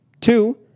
Two